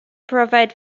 provide